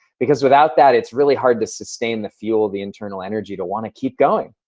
because without that, it's really hard to sustain the feel of the internal energy to want to keep going.